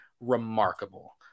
remarkable